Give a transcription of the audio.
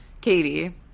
Katie